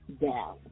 down